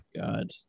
god